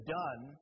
done